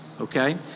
okay